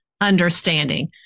understanding